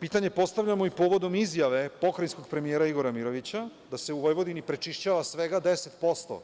Pitanje postavljamo i povodom izjave pokrajinskog premijera Igora Mirovića da se u Vojvodini prečišćava svega 10%